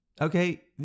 Okay